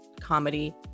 comedy